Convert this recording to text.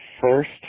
first